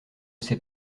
sait